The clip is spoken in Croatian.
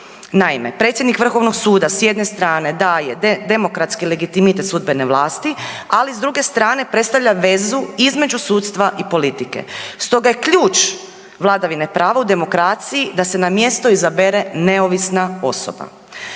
Naime, predsjednik Vrhovnog suda s jedne strane daje demokratski legitimitet sudbene vlasti, ali s druge strane predstavlja vezu između sudstva i politike. Stoga je ključ vladavine prava u demokraciji, da se na mjesto izabere neovisna osoba.